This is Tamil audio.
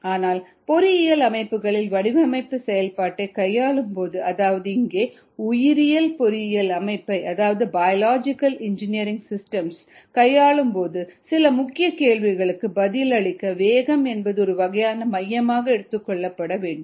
ஆனால் பொறியியல் அமைப்புகளின் வடிவமைப்பு செயல்பாட்டைக் கையாளும் போது அதாவது இங்கே உயிரியல் பொறியியல் அமைப்பை அதாவது பயாலஜிக்கல் இன்ஜினியரிங் சிஸ்டம்ஸ் கையாளும் போது சில முக்கியகேள்விகளுக்கு பதிலளிக்க வேகம் என்பது ஒரு வகையான மையமாக எடுத்துக்கொள்ளப்படும்